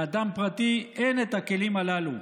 לאדם פרטי אין את הכלים הללו.